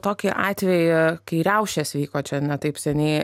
tokį atvejį kai riaušės vyko čia ne taip seniai